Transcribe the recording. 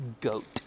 goat